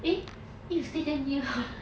eh eh you stay damn near